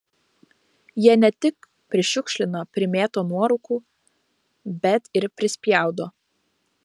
jie ne tik prišiukšlina primėto nuorūkų bet ir prispjaudo